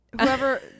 Whoever